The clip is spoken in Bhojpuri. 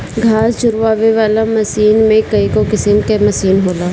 घास झुरवावे वाला मशीन में कईगो किसिम कअ मशीन होला